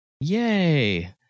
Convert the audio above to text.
Yay